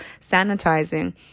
Sanitizing